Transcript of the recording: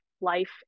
life